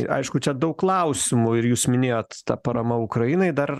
aišku čia daug klausimų ir jūs minėjot ta parama ukrainai dar